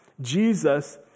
Jesus